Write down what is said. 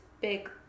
big